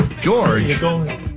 George